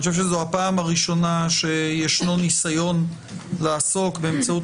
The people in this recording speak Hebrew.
אני חושב שזו הפעם הראשונה שיש ניסיון לעסוק באמצעות